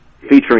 featuring